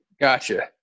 Gotcha